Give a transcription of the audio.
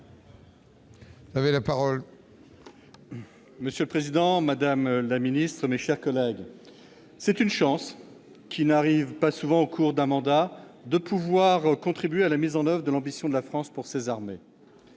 Monsieur le président, madame la ministre, mes chers collègues, c'est une chance, qui n'arrive pas souvent au cours d'un mandat, de pouvoir contribuer à la mise en oeuvre de l'ambition de la France pour ses armées.